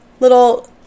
little